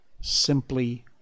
simply